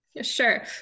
Sure